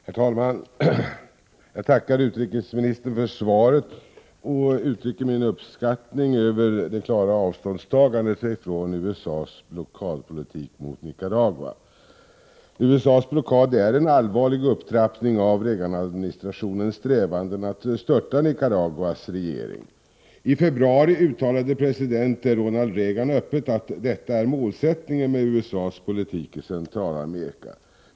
Herr talman! Jag tackar utrikesministern för svaret och uttrycker min uppskattning över det klara avståndstagandet från USA:s blockadpolitik mot Nicaragua. USA:s blockad är en allvarlig upptrappning av Reagan-administrationens strävanden att störta Nicaraguas regering. I februari uttalade president Ronald Reagan öppet att detta är målsättningen med USA:s politik i Centralamerika.